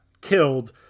killed